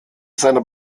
seiner